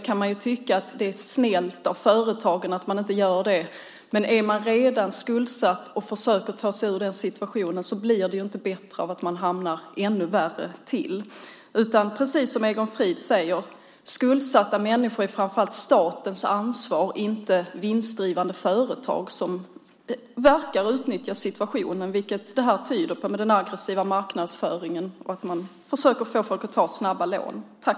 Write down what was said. Man kan ju tycka att det är snällt av företagen att inte göra det, men är man redan skuldsatt och försöker ta sig ur den situationen blir det inte bättre av att man hamnar i en ännu värre situation. Det är precis som Egon Frid säger: Skuldsatta människor är framför allt statens ansvar, inte vinstdrivande företags, som verkar utnyttja situationen, vilket den aggressiva marknadsföring där man försöker få folk att ta snabba lån tyder på.